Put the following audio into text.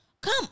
Come